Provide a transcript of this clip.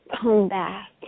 comeback